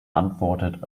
antwortet